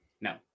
No